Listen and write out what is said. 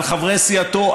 על חברי סיעתו,